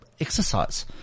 exercise